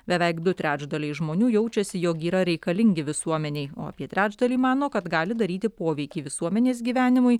beveik du trečdaliai žmonių jaučiasi jog yra reikalingi visuomenei o apie trečdalį mano kad gali daryti poveikį visuomenės gyvenimui